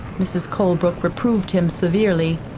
mrs. colebrook reproved him severely.